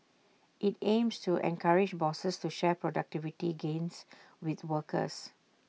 IT aims to encourage bosses to share productivity gains with workers